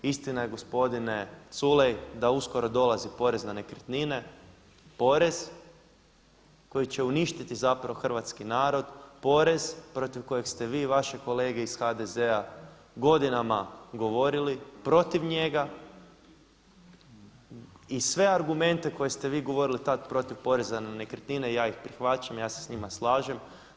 Istina je gospodine Culej da uskoro dolazi porez na nekretnine, porez koji će uništiti zapravo hrvatski narod, porez protiv kojeg ste vi i vaše kolege iz HDZ-a godinama govorili protiv njega i sve argumente koje ste vi govoriti tada protiv poreza na nekretnine ja ih prihvaćam, ja se s njima slažem.